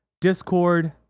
Discord